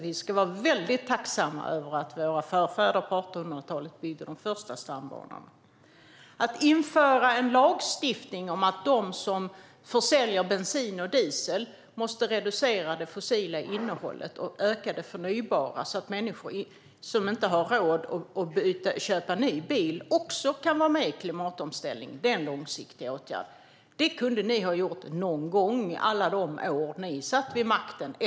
Vi ska vara mycket tacksamma för att våra förfäder på 1800-talet byggde de första stambanorna. Att införa en lagstiftning om att de som säljer bensin och diesel måste reducera det fossila innehållet och öka det förnybara, så att människor som inte har råd att köpa en ny bil också kan vara med i klimatomställningen, är en långsiktig åtgärd. Det kunde ni ha gjort någon gång under alla de år som ni satt vid makten.